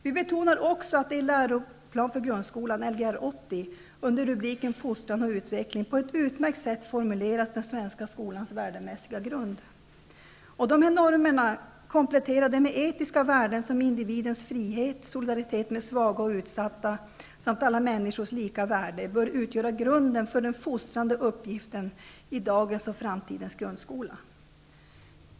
Vi betonar också att den svenska skolans värdemässiga grund på ett utmärkt sätt formuleras i läroplanen för grundskolan, Lgr 80, under rubriken Fostran och utveckling. Dessa normer, kompletterade med etiska värden som individens frihet, solidaritet med svaga och utsatta samt alla människors lika värde, bör utgöra grunden för den fostrande uppgiften i dagens och framtidens grundskola.